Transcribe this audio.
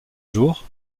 jours